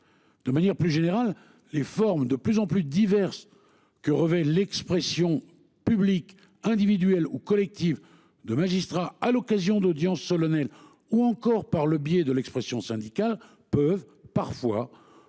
De manière plus générale les formes de plus en plus diverse que revêt l'expression publique individuelle ou collective de magistrats à l'occasion d'audience solennelle ou encore par le biais de l'expression syndicale peuvent parfois pour